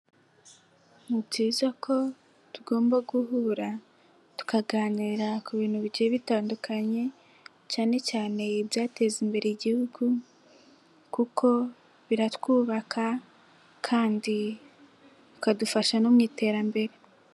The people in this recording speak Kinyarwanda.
Ni byiza ko tugomba guhura tukaganira ku bintu bigiye bitandukanye, cyane cyane ibyateza imbere igihugu kuko biratwubaka kandi bikadufasha no mu iterambere.